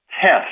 test